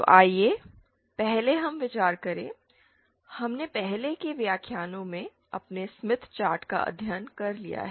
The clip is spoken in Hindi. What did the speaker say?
तो आइए पहले विचार करें हमने पहले के व्याख्यानों में अपने स्मिथ चार्ट का अध्ययन कर लिया है